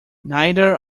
neither